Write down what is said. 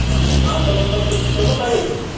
हँ हँ बाँतर ओतर किछु खएबो करैत छै